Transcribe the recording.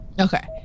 Okay